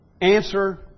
answer